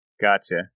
Gotcha